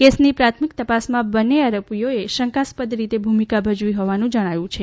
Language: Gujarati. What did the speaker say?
કેસની પ્રાથમિક તપાસમાં બંને આરોપીઓએ શંકાસ્પદ રીતે ભૂમિકા ભજવી હોવાનું જણાયું છે